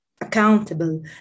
accountable